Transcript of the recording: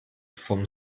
vom